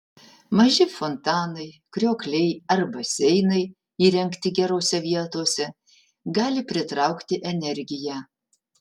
maži fontanai kriokliai ar baseinai įrengti gerose vietose gali pritraukti energiją